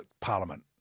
Parliament